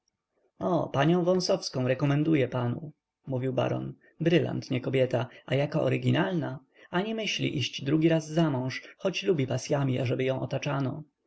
o panią wąsowską rekomenduję panu mówił baron brylant nie kobieta a jaka oryginalna ani myśli iść drugi raz zamąż choć lubi pasyami ażeby ją otaczano